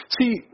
See